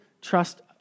trust